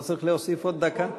לא צריך להוסיף עוד דקה?